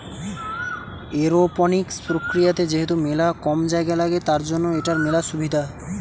aeroponics প্রক্রিয়াতে যেহেতু মেলা কম জায়গা লাগে, তার জন্য এটার মেলা সুবিধা